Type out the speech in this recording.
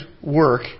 work